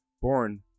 born